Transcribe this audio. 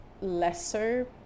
lesser